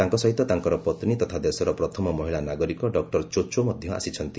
ତାଙ୍କ ସହିତ ତାଙ୍କର ପତ୍ନୀ ତଥା ଦେଶର ପ୍ରଥମ ମହିଳା ନାଗରିକ ଡ ଚୋ ଚୋ ମଧ୍ୟ ଆସିଛନ୍ତି